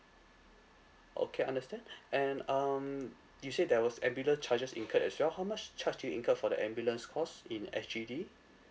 okay understand and um you said there was ambulance charges incurred as well how much charge do you incurred for the ambulance cost in S_G_D